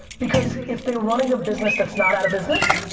because if they're running a business that's not out of business,